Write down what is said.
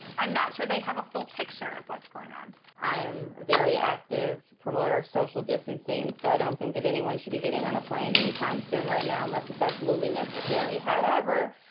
i'm not sure they have a full picture of what's going on i i am a very active promoter of social distancing, so i don't think that anyone should be getting on a plane anytime soon right now unless it's absolutely necessary. however,